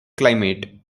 climate